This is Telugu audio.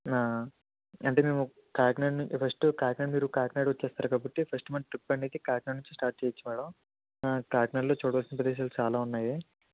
అంటే మేము కాకినాడ ను ఫస్ట్ కాకినాడ మీరు కాకినాడ వచ్చేస్తారు కాబట్టి ఫస్ట్ మన ట్రిప్ అనేది కాకినాడ నుంచి స్టార్ట్ చేయచ్చు మేడం కాకినాడలో చూడవలసిన ప్రదేశాలు చాలా ఉన్నాయి